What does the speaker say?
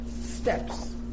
steps